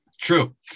True